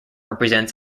represents